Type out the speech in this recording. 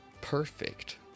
perfect